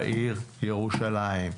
בעיר ירושלים.